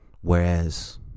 Whereas